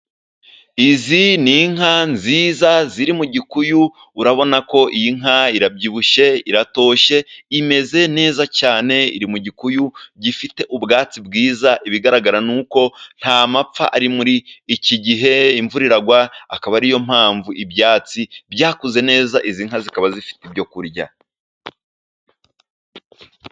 Izi ni inka nziza ziri mu gikuyu, urabona ko iyi nka irabyibushye, iratoshye imeze neza cyane, iri mu gikuyu gifite ubwatsi bwiza. Ibigaragara ni uko nta mapfa ari muri iki gihe ,imvura iragwa . Akaba ari yo mpamvu ibyatsi byakuze neza, izi nka zikaba zifite ibyo kurya.